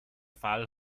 fall